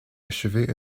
achevée